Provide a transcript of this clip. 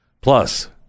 Plus